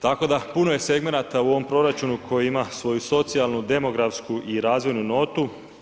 Tako da, puno je segmenata u ovom proračunu koji ima svoju socijalnu, demografsku i razvojnu notu.